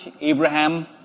Abraham